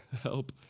help